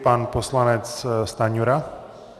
Pan poslanec Stanjura.